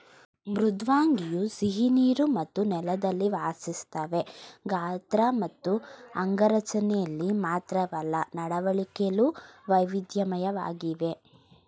ಮೃದ್ವಂಗಿಯು ಸಿಹಿನೀರು ಮತ್ತು ನೆಲದಲ್ಲಿ ವಾಸಿಸ್ತವೆ ಗಾತ್ರ ಮತ್ತು ಅಂಗರಚನೆಲಿ ಮಾತ್ರವಲ್ಲ ನಡವಳಿಕೆಲು ವೈವಿಧ್ಯಮಯವಾಗಿವೆ